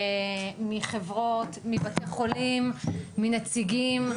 מחברות, מבתי חולים, מנציגים,